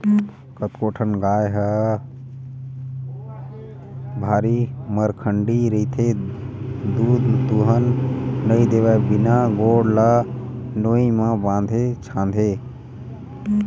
कतको ठन गाय ह भारी मरखंडी रहिथे दूद दूहन नइ देवय बिना गोड़ ल नोई म बांधे छांदे